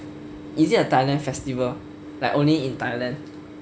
is it a thailand festival like only in thailand